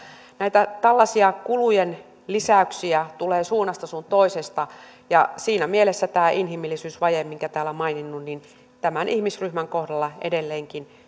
näitä tällaisia kulujen lisäyksiä tulee suunnasta sun toisesta ja siinä mielessä tämä inhimillisyysvaje minkä täällä olen maininnut tämän ihmisryhmän kohdalla edelleenkin